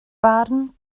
barn